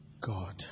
God